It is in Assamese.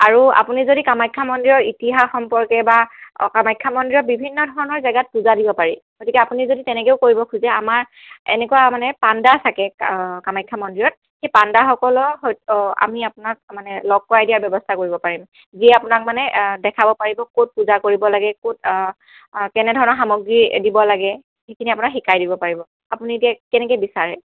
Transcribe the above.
আৰু আপুনি যদি কামাখ্যা মন্দিৰৰ ইতিহাস সম্পৰ্কে বা কামাখ্যা মন্দিৰত বিভিন্ন ধৰণৰ জেগাত পূজা দিব পাৰি গতিকে আপুনি যদি তেনেকেও কৰিব খোজে আমাৰ এনেকুৱা মানে পাণ্ডা থাকে কামাখ্যা মন্দিৰত সেই পাণ্ডাসকলক আমি আপোনাক মানে লগ কৰাই দিয়া ব্যৱস্থা কৰিব পাৰিম যিয়ে আপোনাক মানে দেখাব পাৰিব ক'ত পূজা কৰিব লাগে ক'ত কেনেধৰণৰ সামগ্ৰী দিব লাগে এইখিনি আপোনাক শিকাই দিব পাৰিব আপুনি এতিয়া কেনেকৈ বিচাৰে